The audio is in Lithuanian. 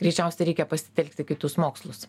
greičiausiai reikia pasitelkti kitus mokslus